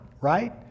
right